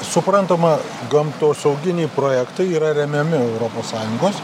suprantama gamtosauginiai projektai yra remiami europos sąjungos